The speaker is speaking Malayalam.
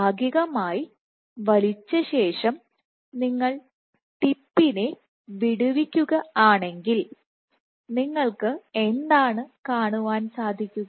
ഭാഗികമായി വലിച്ച ശേഷം ടിപ്പിനെ വിടുവിക്കുക ആണെങ്കിൽ നിങ്ങൾക്ക് എന്താണ് കാണുവാൻ സാധിക്കുക